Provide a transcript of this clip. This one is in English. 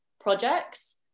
projects